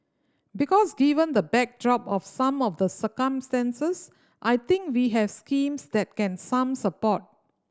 because given the backdrop of some of the circumstances I think we have schemes that can some support